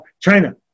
China